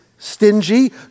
Stingy